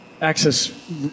access